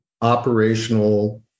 operational